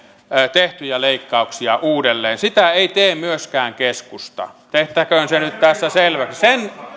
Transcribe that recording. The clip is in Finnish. tehtyjä leikkauksia uudelleen sitä ei tee myöskään keskusta tehtäköön se nyt tässä selväksi